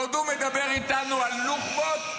ועוד הוא מדבר איתנו על נוח'בות.